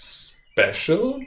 special